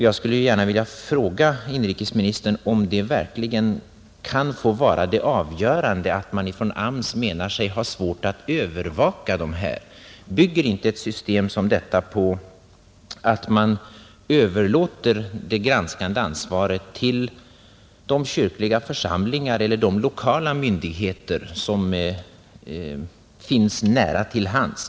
Jag skulle vilja fråga inrikesministern om det verkligen kan få vara avgörande, att man inom AMS menar sig ha svårt att övervaka vederbörande vapenfria tjänstepliktiga. Bygger inte ett system som detta på att man överlåter det granskande ansvaret till de kyrkliga församlingar eller de lokala myndigheter som finns nära till hands?